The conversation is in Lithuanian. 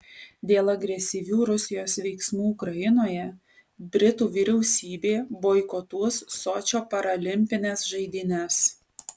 dėl agresyvių rusijos veiksmų ukrainoje britų vyriausybė boikotuos sočio paralimpines žaidynes